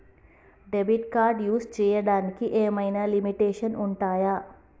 Debit card use చేయడానికి ఏమైనా limitations ఉన్నాయా?